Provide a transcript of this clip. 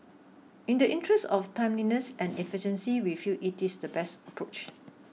in the interest of timeliness and efficiency we feel it is the best approach